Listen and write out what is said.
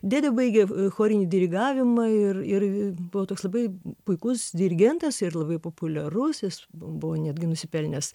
dėdė baigė chorinį dirigavimą ir ir buvo toks labai puikus dirigentas ir labai populiarus jis buvo netgi nusipelnęs